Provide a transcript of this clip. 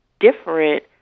different